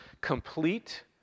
complete